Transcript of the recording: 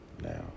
now